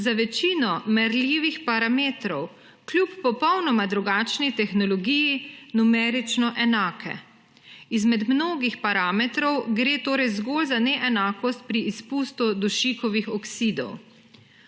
za večino merljivih parametrov kljub popolnoma drugačni tehnologiji numerično enake. Izmed mnogih parametrov gre torej zgolj za neenakost pri izpustu dušikovih oksidov.